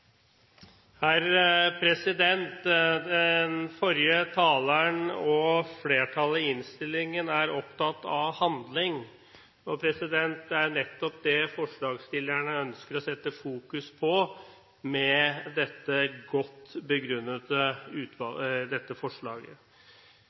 opptatt av handling, og det er nettopp det forslagsstillerne ønsker å fokusere på med dette godt